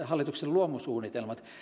hallituksen luomusuunnitelmista